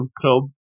Club